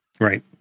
Right